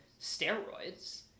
steroids